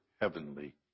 heavenly